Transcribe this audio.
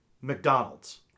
McDonald's